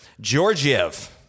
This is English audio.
Georgiev